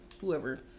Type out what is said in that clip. whoever